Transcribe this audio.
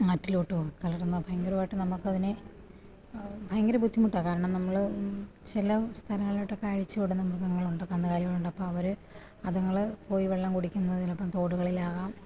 നാട്ടിലോട്ടും കാരണം ഭയങ്കരമായിട്ട് നമുക്കതിനെ ഭയങ്കര ബുദ്ധിമുട്ടാണ് കാരണം നമ്മള് ചില സ്ഥലങ്ങളിലോട്ടൊക്കെ അഴിച്ചുവിടുന്ന മൃഗങ്ങളുണ്ട് കന്നുകാലികളുണ്ട് അപ്പം അവരെ അതുങ്ങള് പോയി വെള്ളം കുടിക്കുന്നതിപ്പം തൊടുകളിലാകാം